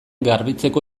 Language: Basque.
garbitzeko